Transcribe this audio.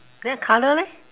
then colour leh